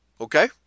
Okay